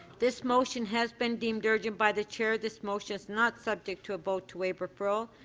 this motion has been deemed urgent by the chair. this motion is not subject to a vote to waive referral.